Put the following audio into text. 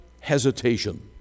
hesitation